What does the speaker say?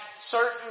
certain